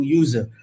user